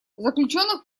заключенных